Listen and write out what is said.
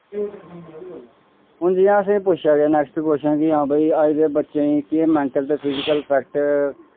हून जियां असें पुच्छेआ के नैक्स्ट कव्शन कि हां भाई अज्ज दे बच्चें गी केह् मैंटल ते फिजिकल फैक्ट